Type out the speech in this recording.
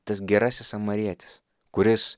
tas gerasis samarietis kuris